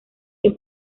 que